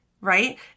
right